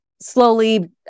slowly